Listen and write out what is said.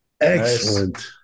excellent